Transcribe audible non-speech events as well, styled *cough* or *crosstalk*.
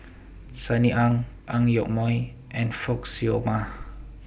Sunny Ang Ang Yoke Mooi and Fock Siew Wah *noise*